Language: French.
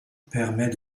permet